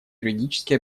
юридически